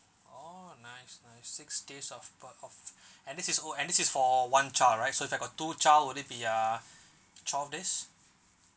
oh nice nice six days of per of and this is oh and this is for one child right so if I got two child would it be uh twelve days